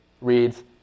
reads